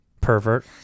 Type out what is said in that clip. Pervert